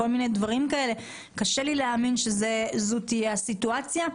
קשה לי להאמין שזו תהיה הסיטואציה.